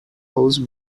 horse